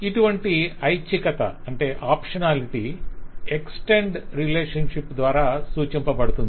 ఇటువంటి ఐచ్ఛికత extend relationship ద్వారా సూచించబడుతుంది